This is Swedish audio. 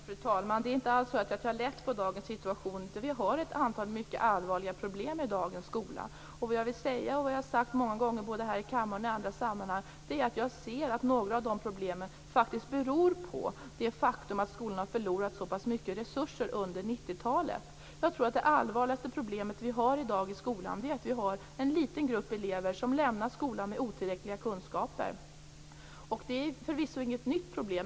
Fru talman! Det är inte alls så att jag tar lätt på dagens situation. Vi har ett antal mycket allvarliga problem i dagens skola. Vad jag vill säga, och vad jag har sagt många gånger både här i kammaren och i andra sammanhang, är att jag ser att några av dessa problem faktiskt beror på det faktum att skolan har förlorat så pass mycket resurser under 90-talet. Jag tror att det allvarligaste problem som vi har i dag i skolan är att vi har en liten grupp elever som lämnar skolan med otillräckliga kunskaper. Det är förvisso inget nytt problem.